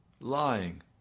lying